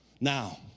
Now